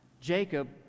Jacob